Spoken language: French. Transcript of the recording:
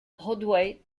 broadway